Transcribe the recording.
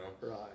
Right